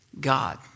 God